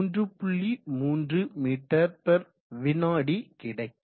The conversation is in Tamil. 3 மீவி ms என கிடைக்கும்